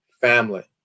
family